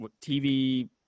tv